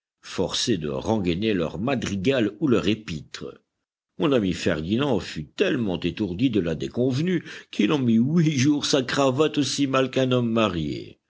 forcés de rengainer leur madrigal ou leur épître mon ami ferdinand fut tellement étourdi de la déconvenue qu'il en mit huit jours sa cravate aussi mal qu'un homme marié